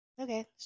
Okay